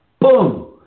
Boom